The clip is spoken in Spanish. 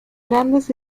grandes